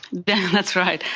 that's right.